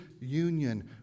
union